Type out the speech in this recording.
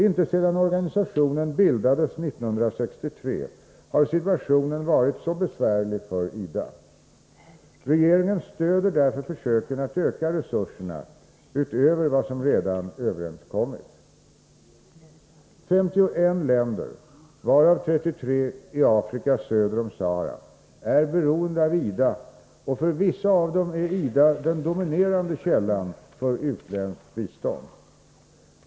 Inte sedan organisationen bildades 1963 har situationen varit så besvärlig för IDA. Regeringen stöder därför försöken att öka resurserna utöver vad som redan överenskommits. 51 länder, varav 33 i Afrika söder om Sahara, är beroende av IDA, och för vissa av dem är IDA den dominerande källan för utländskt bistånd.